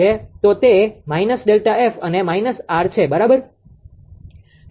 તો તે minus ΔF અને માઈનસ આર છે બરાબર